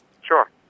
Sure